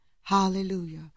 Hallelujah